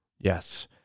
Yes